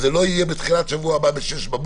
אז זה לא יהיה בתחילת שבוע הבא ב-06:00